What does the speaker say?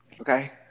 Okay